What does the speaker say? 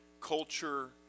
culture